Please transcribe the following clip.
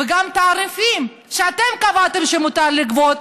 גם תעריפים שאתם קבעתם שמותר לגבות,